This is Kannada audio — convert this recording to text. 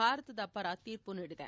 ಭಾರತದ ಪರ ತೀರ್ಪು ನೀಡಿದೆ